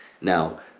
Now